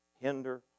hinder